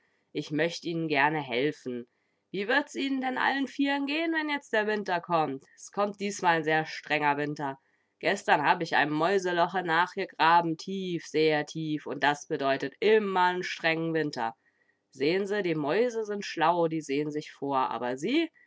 ich möcht ihn'n gerne helfen wie wird's ihn'n denn allen vieren gehn wenn jetzt der winter kommt s kommt diesmal n sehr strenger winter gestern hab ich einem mäuseloche nachgegraben tief sehr tief und das bedeutet immer n strengen winter sehn se die mäuse sind schlau die sehn sich vor aber sie